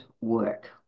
work